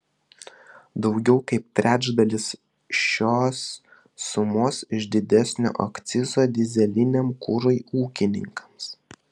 daugiau kaip trečdalis šios sumos iš didesnio akcizo dyzeliniam kurui ūkininkams